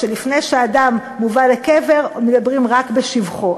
שלפני שאדם מובא לקבר מדברים רק בשבחו.